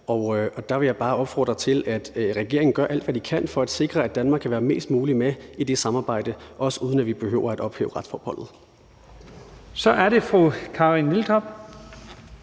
Og der vil jeg bare opfordre til, at regeringen gør alt, hvad de kan for at sikre, at Danmark kan være mest muligt med i det samarbejde, også uden at vi behøver at ophæve retsforbeholdet. Kl.